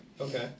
okay